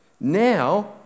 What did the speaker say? Now